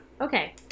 Okay